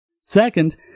Second